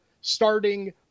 starting